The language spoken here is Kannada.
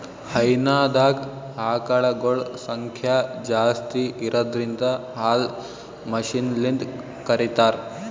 ಹೈನಾದಾಗ್ ಆಕಳಗೊಳ್ ಸಂಖ್ಯಾ ಜಾಸ್ತಿ ಇರದ್ರಿನ್ದ ಹಾಲ್ ಮಷಿನ್ಲಿಂತ್ ಕರಿತಾರ್